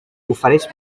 ofereix